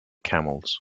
camels